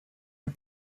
and